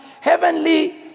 heavenly